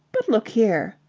but look here.